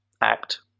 act